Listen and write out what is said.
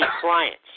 clients